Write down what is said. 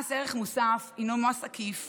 מס ערך מוסף הינו מס עקיף